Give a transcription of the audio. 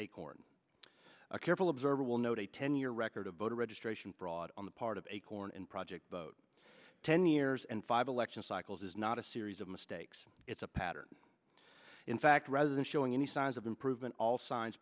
acorn a careful observer will note a ten year record of voter registration fraud on the part of acorn and project vote ten years and five election cycles is not a series of mistakes it's a pattern in fact rather than showing any signs of improvement all signs